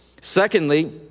Secondly